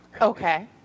Okay